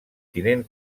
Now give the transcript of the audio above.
tinent